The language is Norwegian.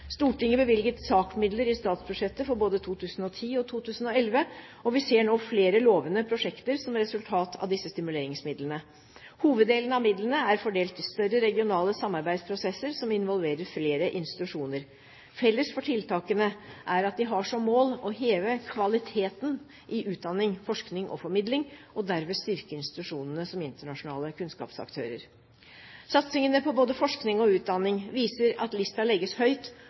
Stortinget bevilget SAK-midler i statsbudsjettet for både 2010 og 2011, og vi ser nå flere lovende prosjekter som resultat av disse stimuleringsmidlene. Hoveddelen av midlene er fordelt til større regionale samarbeidsprosesser som involverer flere institusjoner. Felles for tiltakene er at de har som mål å heve kvaliteten i utdanning, forskning og formidling, og derved styrke institusjonene som internasjonale kunnskapsaktører. Satsingene på både forskning og utdanning viser at listen legges høyt,